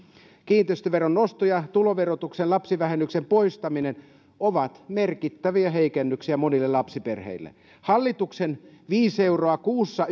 kiinteistöveron nosto ja tuloverotuksen lapsivähennyksen poistaminen ovat merkittäviä heikennyksiä monille lapsiperheille hallituksen viisi euroa kuussa